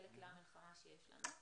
אלה כלי המלחמה שיש לנו,